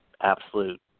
absolute